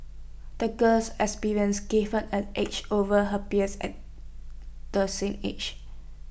the girl's experiences gave her an edge over her peers at the same age